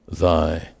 thy